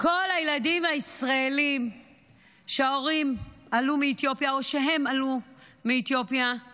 כל הילדים הישראלים שההורים עלו מאתיופיה או שהם עלו מאתיופיה,